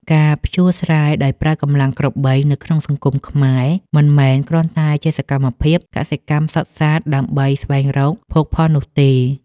ការភ្ជួរស្រែដោយប្រើកម្លាំងក្របីនៅក្នុងសង្គមខ្មែរ មិនមែនគ្រាន់តែជាសកម្មភាពកសិកម្មសុទ្ធសាធដើម្បីស្វែងរកភោគផលនោះទេ។